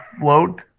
float